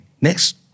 next